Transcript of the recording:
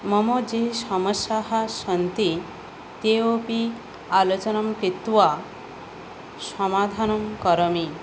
मम याः समस्याः सन्ति ताः अपि आलोचनं कृत्वा समाधानं करोमि